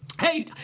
Hey